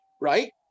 right